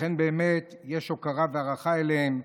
לכן באמת יש הוקרה והערכה אליהם.